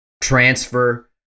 transfer